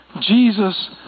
Jesus